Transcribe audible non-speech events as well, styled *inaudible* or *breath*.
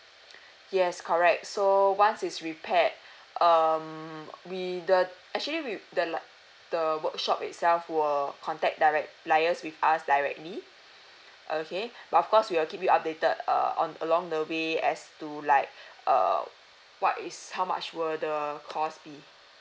*breath* yes correct so once it's repaired *breath* um we the actually we the la~ the workshop itself will contact direct liaise with us directly *breath* okay *breath* but of course we will keep you updated uh on along the way as to like *breath* err what is how much will the cost be